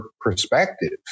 perspective